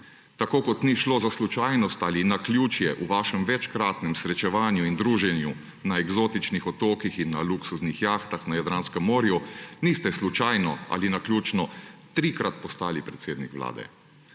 Tako kot ni šlo za slučajnost ali naključje v vašem večkratnem srečevanju in druženju na eksotičnih otokih in na luksuznih jahtah na Jadranskem morju, niste slučajno ali naključno trikrat postali predsednik vlade